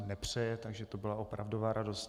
Nepřeje, takže to byla opravdová radost.